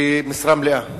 כמשרה מלאה.